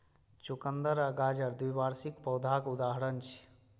चुकंदर आ गाजर द्विवार्षिक पौधाक उदाहरण छियै